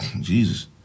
Jesus